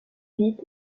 vite